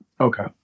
Okay